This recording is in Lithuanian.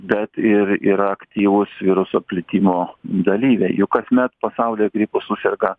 bet ir yra aktyvūs viruso plitimo dalyviai juk kasmet pasauly gripu suserga